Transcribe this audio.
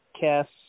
cast